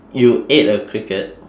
you ate a cricket